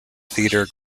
theater